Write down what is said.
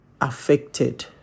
affected